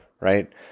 Right